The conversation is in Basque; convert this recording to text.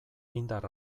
indar